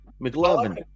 McLovin